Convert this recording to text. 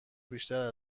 بیشتر